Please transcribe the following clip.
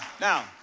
now